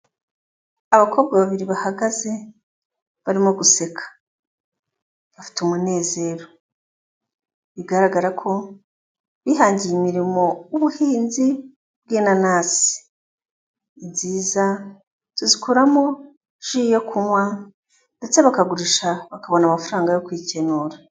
Abakobwa babiri bahagaze barimo guseka, bafite umunezero. Bigaragara ko bihangiye umirimo w'ubuhinzi bw'inanasi , ni nziza tuzikuramo ji yo kunywa, ndetse bakagurisha bakabona amafaranga yo kwikenura.